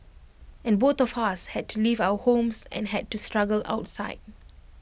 and both of us had to leave our homes and had to struggle outside